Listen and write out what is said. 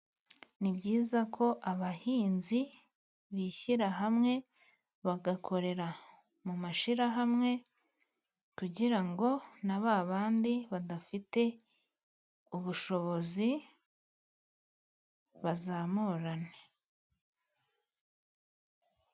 Ni byiza ko abahinzi bishyira hamwe bagakorera mu mashyirahamwe, kugira ngo na ba bandi badafite ubushobozi bazamurane.